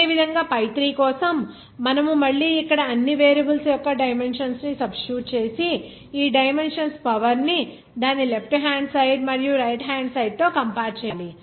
అదేవిధంగా pi3 కోసం మనము మళ్ళీ ఇక్కడ అన్ని వేరియబుల్స్ యొక్క డైమెన్షన్స్ ని సబ్స్టిట్యూట్ చేసి ఈ డైమెన్షన్స్ పవర్ ని దాని లెఫ్ట్ హ్యాండ్ సైడ్ మరియు రైట్ హ్యాండ్ సైడ్ తో కంపేర్ చేయాలి